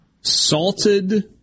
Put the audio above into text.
Salted